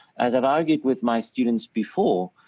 as i argued with my students before,